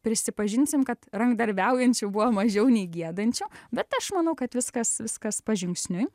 prisipažinsim kad rankdarbiaujančių buvo mažiau nei giedančių bet aš manau kad viskas viskas pažingsniui